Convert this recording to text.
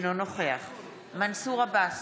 אינו נוכח מנסור עבאס,